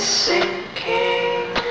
sinking